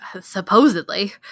supposedly